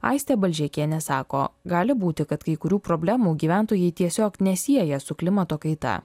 aistė balžekienė sako gali būti kad kai kurių problemų gyventojai tiesiog nesieja su klimato kaita